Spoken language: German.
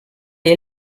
ihr